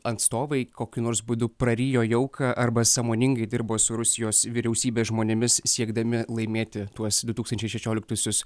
atstovai kokiu nors būdu prarijo jauką arba sąmoningai dirbo su rusijos vyriausybės žmonėmis siekdami laimėti tuos du tūkstančiai šešioliktusius